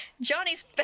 Johnny's